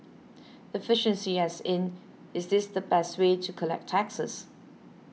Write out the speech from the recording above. efficiency as in is this the best way to collect taxes